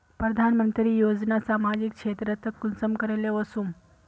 प्रधानमंत्री योजना सामाजिक क्षेत्र तक कुंसम करे ले वसुम?